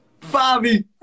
Fabi